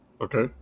Okay